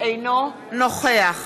אינו נוכח